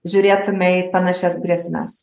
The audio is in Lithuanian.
žiūrėtume į panašias grėsmes